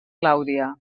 clàudia